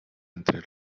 entre